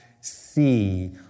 see